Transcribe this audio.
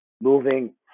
moving